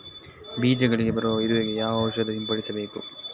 ಬೀಜಗಳಿಗೆ ಬರುವ ಇರುವೆ ಗೆ ಯಾವ ಔಷಧ ಸಿಂಪಡಿಸಬೇಕು?